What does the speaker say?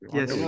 Yes